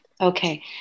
okay